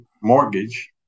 mortgage